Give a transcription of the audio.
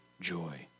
joy